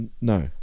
No